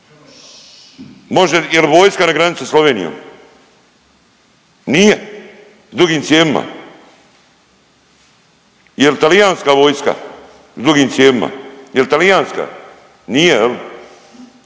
Može, jel vojska na granici sa Slovenijom. Nije. Dugim cijevima. Jel talijanska s dugim cijevima. Jel talijanska? Nije